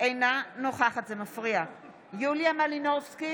אינה נוכחת יוליה מלינובסקי,